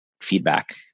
feedback